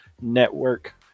network